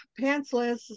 pantsless